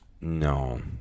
No